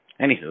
Anywho